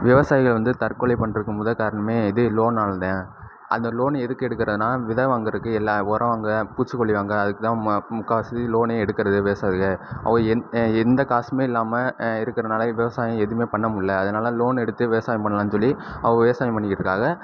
விவசாயிகள் வந்து தற்கொலை பண்ணுறதுக்கு முதல் காரணமே இது லோனாலதேன் அந்த லோன் எதுக்கு எடுக்கிறதனா விதை வாங்குறதுக்கு இல்லை உரம் வாங்க பூச்சுக்கொல்லி வாங்க அதுக்குதான் முக்காவாசி லோனே எடுக்கிறது விவசாயிங்க எந்த காசுமே இல்லாம இருக்கிறதுனால விவசாயம் எதுவுமே பண்ணமுட்ல அதனால லோன் எடுத்து விவசாயம் பண்ணலான்னு சொல்லி அவக விவசாயம் பண்ணிட்யிருக்காக